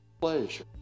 pleasure